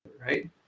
right